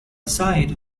side